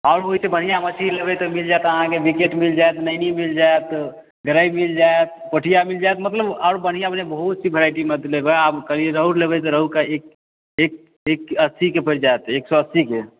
आओर ओइसँ बढ़िआँ मछली लेबै तऽ मिल जायत आहाँके ब्रिकेट मिल जायत नैनी मिल जायत गड़ै मिल जायत पोठिआ मिल जायत मतलब आओर बढ़िआँ बढ़िआँ बहुतसा वेराइटी लेबै कहीं रहु लेबै तऽ रहुके एक एक एक अस्सीके पड़ि जायत एक सए अस्सीके